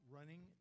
Running